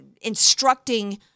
instructing